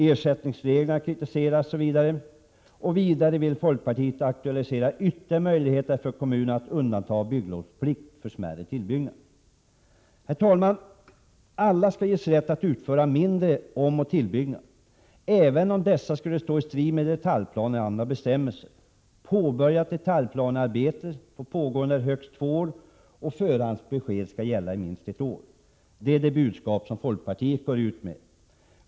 Ersättningsreglerna kritiseras. Vidare vill folkpartiet aktualisera ytterligare möjligheter för kommunerna att slopa bygglovsplikt för smärre tillbyggnader. Herr talman! Alla skall ges rätt att utföra mindre omoch tillbyggnader, även om dessa skulle stå i strid med detaljplan eller andra bestämmelser. Påbörjat detaljplanearbete får pågå under högst två år och förhandsbesked skall gälla i minst ett år. Det är det budskap som folkpartiet går ut med.